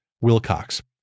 Wilcox